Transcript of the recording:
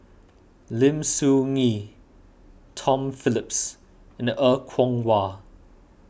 Lim Soo Ngee Tom Phillips and Er Kwong Wah